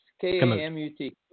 K-A-M-U-T